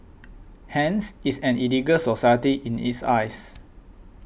hence it's an illegal society in his eyes